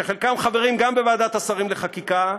שחלקם חברים גם בוועדת השרים לחקיקה,